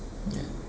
ya